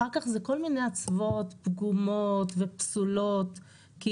אחר כך זה כל מיני אצוות פגומות ופסולות כי